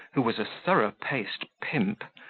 who was a thorough-paced pimp,